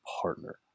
partner